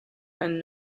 and